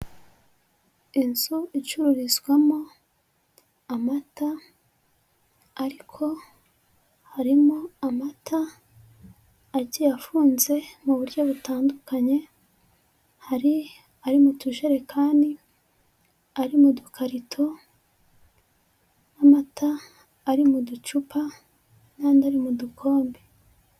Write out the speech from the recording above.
Inzu icururizwamo amata ariko harimo amata agiye afunze mu buryo butandukanye, hari ari mu tujerekani, ari mu dukarito n'amata ari mu ducupa n'andi ari mu dukombe.